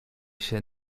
się